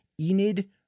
Enid